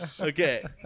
Okay